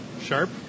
Sharp